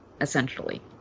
essentially